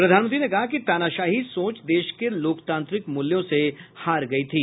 प्रधानमंत्री ने कहा कि तानाशाही सोच देश के लोकतांत्रिक मूल्यों से हार गई थी